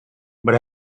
but